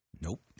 Nope